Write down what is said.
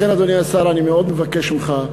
מאוד מבקש ממך,